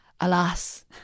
alas